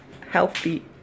healthy